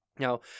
Now